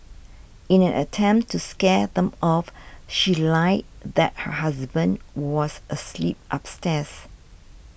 in an attempt to scare them off she lied that her husband was asleep upstairs